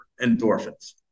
endorphins